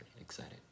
Excited